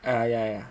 err yeah